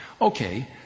Okay